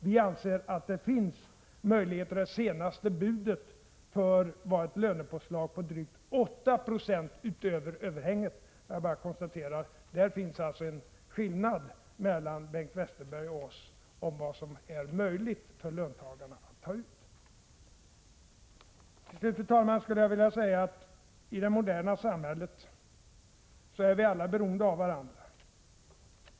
Vi anser att det finns möjligheter till lönehöjningar; det senaste budet gällde ett lönepåslag på drygt 8 90 utöver överhänget. Jag bara konstaterar att där föreligger en skillnad mellan Bengt Westerberg och oss i synen på vad som är möjligt för löntagarna att ta ut. Till sist, fru talman, skulle jag vilja säga att i det moderna samhället är vi alla beroende av varandra.